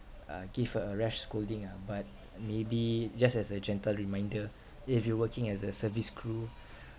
uh give her a rash scolding ah but maybe just as a gentle reminder if you working as a service crew